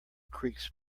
creaks